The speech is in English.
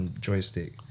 joystick